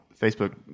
Facebook